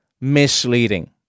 misleading